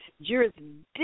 Jurisdiction